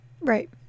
right